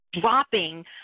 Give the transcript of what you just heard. dropping